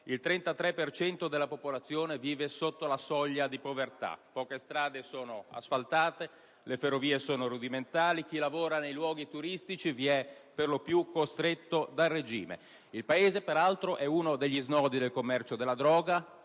cento della popolazione vive sotto la soglia di povertà. Poche strade sono asfaltate, le ferrovie sono rudimentali, chi lavora nei luoghi turistici vi è per lo più costretto dal regime. Il Paese, peraltro, è uno degli snodi del commercio della droga,